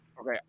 Okay